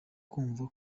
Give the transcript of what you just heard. kumva